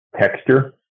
texture